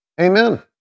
Amen